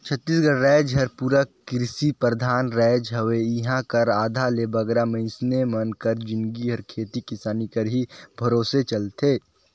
छत्तीसगढ़ राएज हर पूरा किरसी परधान राएज हवे इहां कर आधा ले बगरा मइनसे मन कर जिनगी हर खेती किसानी कर ही भरोसे चलथे